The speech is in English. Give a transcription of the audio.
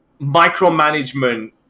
micromanagement